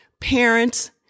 Parents